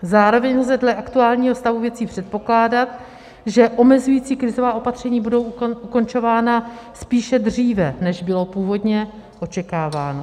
Zároveň lze aktuálního stavu věcí předpokládat, že omezující krizová opatření budou ukončována spíše dříve, než bylo původně očekáváno.